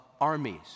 armies